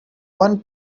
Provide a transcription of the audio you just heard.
one